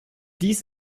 dies